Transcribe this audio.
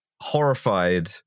horrified